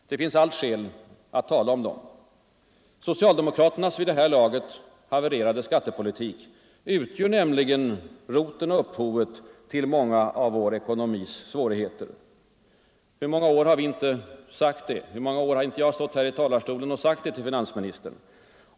Det finns allt skäl att tala om dem. Socialdemokraternas vid det här laget havererade skattepolitik utgör näm ligen roten och upphovet till många av vår ekonomis svårigheter. Hur många år har vi moderater inte sagt detta? Hur många gånger har vi inte sagt det till finansministern?